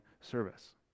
service